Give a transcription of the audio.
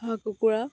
হাঁহ কুকুৰা